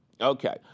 Okay